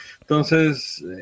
Entonces